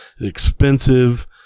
expensive